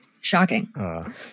Shocking